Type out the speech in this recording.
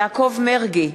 יעקב מרגי,